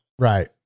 Right